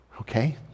okay